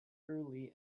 early